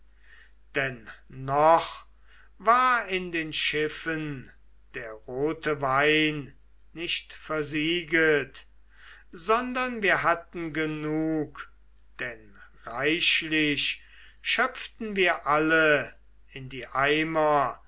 denn noch war in den schiffen der rote wein nicht versieget sondern wir hatten genug denn reichlich schöpften wir alle in die eimer